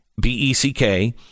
B-E-C-K